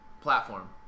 Platform